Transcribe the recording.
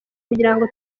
kugirango